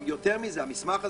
יותר מזה המסמך הזה,